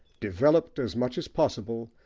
developed, as much as possible,